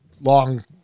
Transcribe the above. long